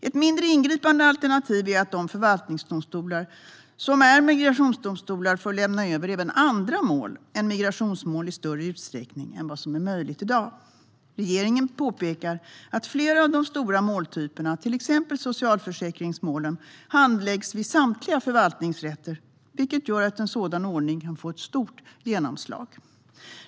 Ett mindre ingripande alternativ är att de förvaltningsdomstolar som är migrationsdomstolar får lämna över även andra mål än migrationsmål i större utsträckning än vad som är möjligt i dag. Regeringen påpekar att flera av de stora måltyperna, till exempel socialförsäkringsmål och mål enligt socialtjänstlagen, handläggs vid samtliga förvaltningsrätter, vilket gör att en sådan ordning kan få ett stort genomslag.